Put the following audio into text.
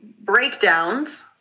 breakdowns